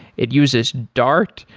it uses dart.